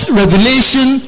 revelation